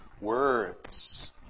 words